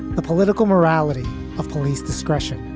the political morality of police discretion.